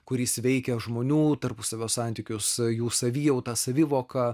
kuris veikia žmonių tarpusavio santykius jų savijautą savivoką